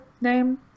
name